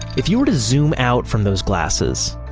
if you were to zoom out from those glasses,